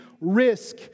risk